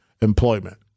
employment